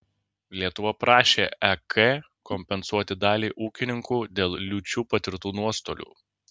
lietuva prašė ek kompensuoti dalį ūkininkų dėl liūčių patirtų nuostolių